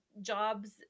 jobs